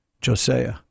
Josiah